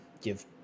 give